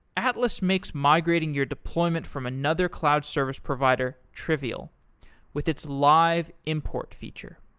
atlas makes migrating your deployment from another cloud service provider trivial with its live import feature